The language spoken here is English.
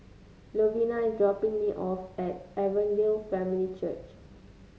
Lovina is dropping me off at Evangel Family Church